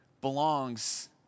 belongs